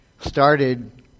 started